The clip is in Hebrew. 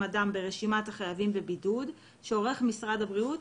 אדם ברשימת החייבים בבידוד שעורך משרד הבריאות,